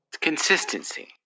consistency